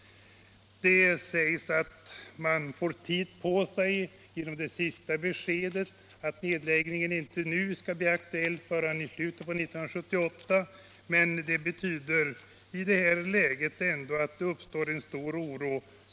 Man får tid på sig, säger industriministern, genom beskedet att nedläggningen inte skall bli aktuell förrän i slutet av året 1978, men i det här läget uppstår det ändå stor oro.